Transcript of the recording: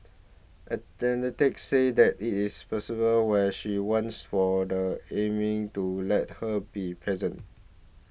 say that it is plausible where she wants for the Amy to let her be present